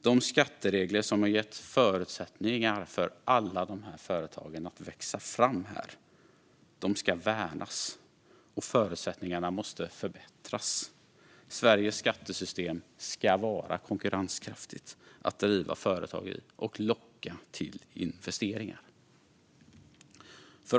De skatteregler som har gett förutsättningar för alla dessa företag att växa fram här ska värnas, och förutsättningarna måste förbättras. Sveriges skattesystem ska vara konkurrenskraftigt att driva företag i och locka till investeringar.